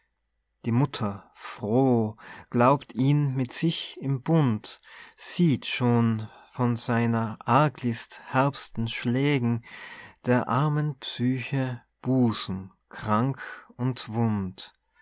die mutter froh glaubt ihn mit sich im bund sieht schon von seiner arglist herbsten schlägen der armen psyche busen krank und wund